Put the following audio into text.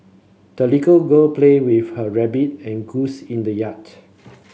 the little girl played with her rabbit and goose in the yard